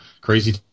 crazy